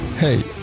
Hey